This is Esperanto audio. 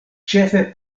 ĉefe